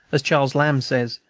as charles lamb says,